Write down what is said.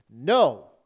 No